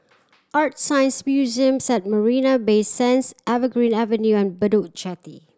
ArtScience Museum at Marina Bay Sands Evergreen Avenue and Bedok Jetty